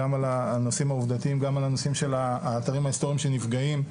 גם על הנושאים העובדתיים וגם על הנושא של האתרים ההיסטוריים שנפגעים,